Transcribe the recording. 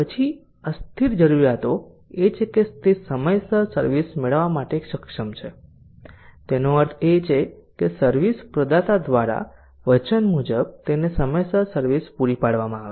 પછી અસ્થિર જરૂરિયાતો એ છે કે તે સમયસર સર્વિસ મેળવવા માટે સક્ષમ છે તેનો અર્થ એ છે કે સર્વિસ પ્રદાતા દ્વારા વચન મુજબ તેને સમયસર સર્વિસ પૂરી પાડવામાં આવે છે